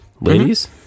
ladies